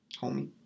homie